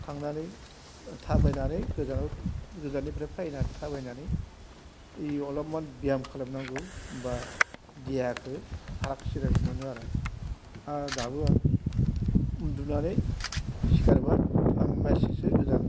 थांनानै थाबायनानै गोजानाव गोजाननिफ्राय फैना थाबायनानै अलफमान ब्याम खालामनांगौ होमबा देहाखौ फाराग सिराग मोनो आरो दाबो उन्दुनानै सिखारबा आं माइलसेसो गोजान